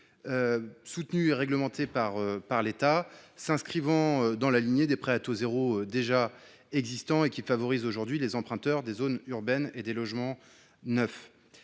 soutenu et réglementé par l’État, s’inscrivant dans la lignée des PTZ déjà existants et qui favorisent aujourd’hui les emprunteurs des zones urbaines et pour des logements neufs.